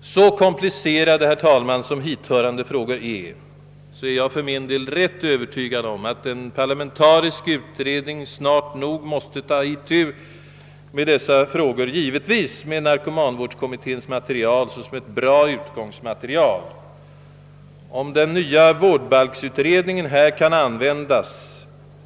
Så komplicerade, herr talman, som hithörande frågor är, är jag för min del rätt övertygad om att en parlamentarisk utredning snart nog måste ta itu med dem, givetvis med narkomanvårdskommitténs material som ett bra utgångsmaterial. Om den nya vårdbalksutredningen, som är parlamentariskt sammansatt, här kan användas